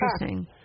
Interesting